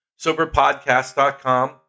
SoberPodcast.com